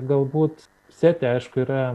galbūt seti aišku yra